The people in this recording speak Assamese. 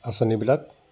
আঁচনিবিলাক